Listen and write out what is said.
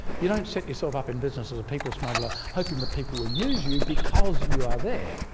you don't set yourself up in business as a people smuggler hoping that people will use you because you are there.